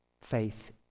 faith